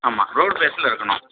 ஆமாம் ரோடு ப்ளேஸில் இருக்கணும்